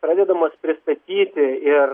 pradedamos pristatyti ir